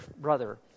brother